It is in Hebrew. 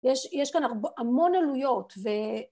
‫יש כאן המון עלויות, ו...